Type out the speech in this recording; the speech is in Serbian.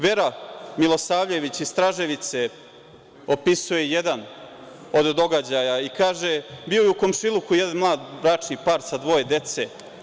Vera Milosavljević iz Straževice opisuje jedan od događaja i kaže: „Bio je u komšiluku jedan mlad bračni par sa dvoje dece.